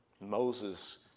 Moses